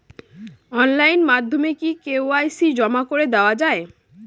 Online মাধ্যমে কি KYC জমা করে দেওয়া য়ায়?